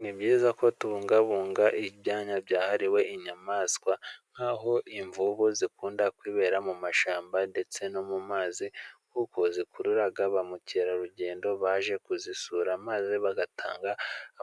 Ni byiza ko tubungabunga ibyanya byahariwe inyamaswa nk'aho imvubu zikunda kwibera mu mashyamba ndetse no mu mazi. Kuko zikurura ba mukerarugendo baje kuzisura, maze bagatanga